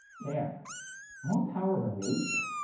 care want power over nature